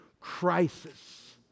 crisis